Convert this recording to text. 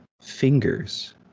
fingers